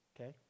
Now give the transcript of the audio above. Okay